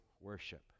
worship